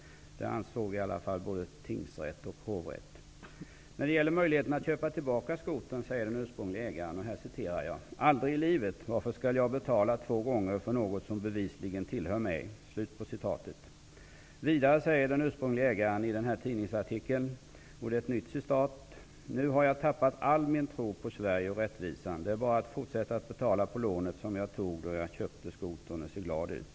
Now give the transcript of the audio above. Det ansåg i alla fall både tingsrätt och hovrätt. När det gäller möjligheten att köpa tillbaka skotern säger den ursprunglige ägaren: ''Aldrig i livet. Varför skall jag betala två gånger för något som bevisligen tillhör mig?'' Vidare säger den ursprunglige ägaren i den här tidningsartikeln: ''Nu har jag tappat all min tro på Sverige och rättvisan. Det är bara att fortsätta att betala på lånet, som jag tog då jag köpte skotern och se glad ut.''